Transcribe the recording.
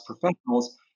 professionals